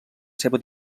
seva